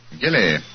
Gilly